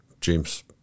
James